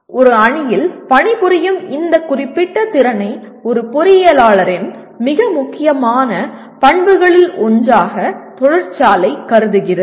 ஒரு அணியில் பணிபுரியும் இந்த குறிப்பிட்ட திறனை ஒரு பொறியியலாளரின் மிக முக்கியமான பண்புகளில் ஒன்றாக தொழிற்சாலை கருதுகிறது